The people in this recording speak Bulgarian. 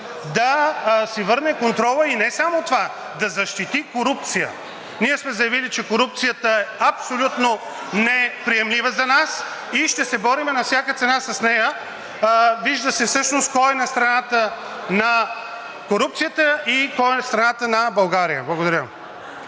да си върне контрола, и не само това, да защити корупцията. Ние сме заявили, че корупцията е абсолютно неприемлива за нас и ще се борим на всяка цена с нея. Вижда се всъщност кой е на страната на корупцията и кой е на страната на България. Благодаря.